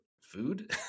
food